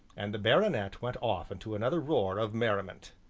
and the baronet went off into another roar of merriment.